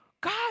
God